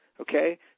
okay